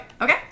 okay